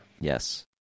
Yes